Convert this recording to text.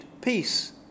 peace